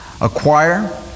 acquire